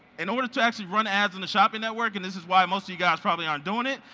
in order to actually run ads in the shopping network, and this is why most of you guys probably aren't doing it,